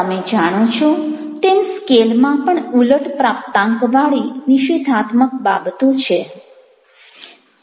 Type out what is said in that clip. તમે જાણો છો તેમ સ્કેલમાં પણ ઊલટ પ્રાપ્તાંકવાળી નિષેધાત્મક બાબતો છે